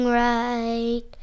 right